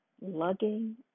Lugging